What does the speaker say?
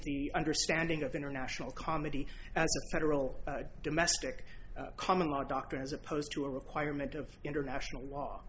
the understanding of international comedy federal domestic common law doctrine as opposed to a requirement of international law